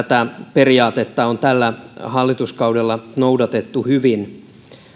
periaatetta on tällä hallituskaudella noudatettu hyvin